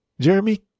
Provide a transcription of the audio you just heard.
Jeremy